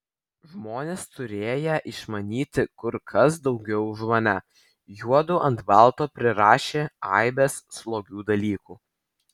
žmonės turėję išmanyti kur kas daugiau už mane juodu ant balto prirašė aibes slogių dalykų